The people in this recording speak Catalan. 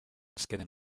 queden